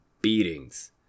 beatings